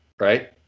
right